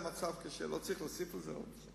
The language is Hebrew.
המצב קשה, ולא צריך להוסיף על זה עוד.